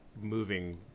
moving